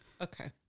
Okay